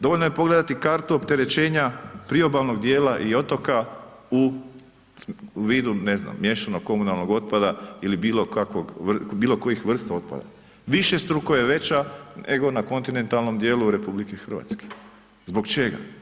Dovoljno je pogledati kartu opterećenja priobalnog dijela i otoka u vidu ne znam miješanog komunalnog otpada ili bilo kojih vrsta otpada, višestruko je veća nego na kontinentalnom dijelu RH. zbog čega?